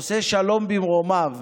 'עושה השלום במרומיו'".